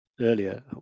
earlier